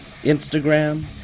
Instagram